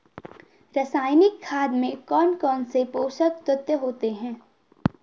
रासायनिक खाद में कौन कौन से पोषक तत्व होते हैं?